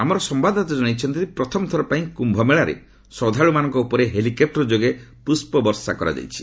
ଆମର ସମ୍ଭାଦଦାତା ଜଣାଇଛନ୍ତି ପ୍ରଥମ ଥର ପାଇଁ କ୍ୟୁମେଳାରେ ଶ୍ରଦ୍ଧାଳୁମାନଙ୍କ ଉପରେ ହେଲିକପ୍ଟର ଯୋଗେ ପୁଷ୍ପ ବର୍ଷା କରାଯାଇଛି